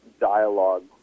dialogue